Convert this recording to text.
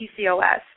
PCOS